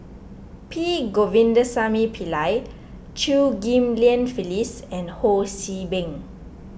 P Govindasamy Pillai Chew Ghim Lian Phyllis and Ho See Beng